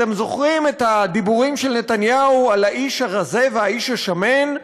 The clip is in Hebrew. אתם זוכרים את הדיבורים של נתניהו על האיש הרזה והאיש השמן.